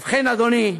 ובכן, אדוני,